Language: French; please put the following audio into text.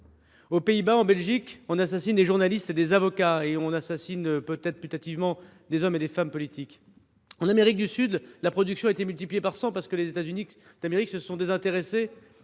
Aux Pays Bas, en Belgique, on assassine des journalistes et des avocats et on assassine peut être putativement des hommes et des femmes politiques. En Amérique du Sud, la production de stupéfiants a été multipliée par cent parce que les États Unis se sont désintéressés